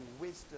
wisdom